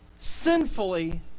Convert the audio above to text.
sinfully